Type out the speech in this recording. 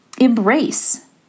embrace